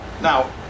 Now